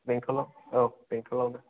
बेंथ'लाव औ बेंथ'लावनो